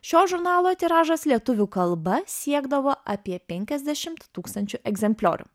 šio žurnalo tiražas lietuvių kalba siekdavo apie penkiasdešimt tūkstančių egzempliorių